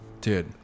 dude